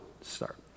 start